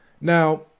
Now